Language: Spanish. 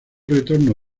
retorno